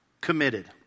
committed